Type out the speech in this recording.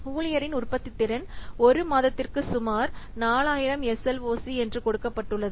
ஊழியரின் உற்பத்தித்திறன் ஒரு மாதத்திற்கு சுமார் 4000 S L O C என்று கொடுக்கப்பட்டுள்ளது